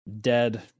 dead